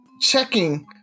checking